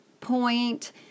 point